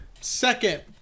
second